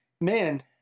man